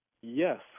Yes